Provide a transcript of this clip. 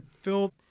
fill